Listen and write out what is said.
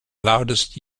loudest